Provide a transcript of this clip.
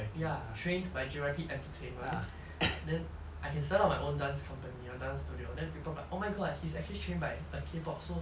ya trained by J_Y_P entertainment then I can start up my own dance company or dance studio then people like oh my god he's actually trained by a K pop so